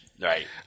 Right